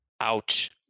Ouch